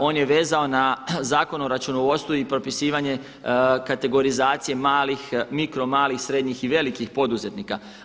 On je vezao na Zakon o računovodstvu i propisivanje kategorizacije malih, mikromalih, srednjih i velikih poduzetnika.